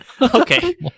Okay